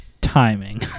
timing